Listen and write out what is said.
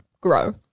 grow